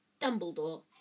Dumbledore